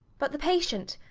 but the patient.